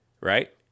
right